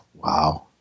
Wow